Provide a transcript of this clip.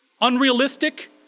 Unrealistic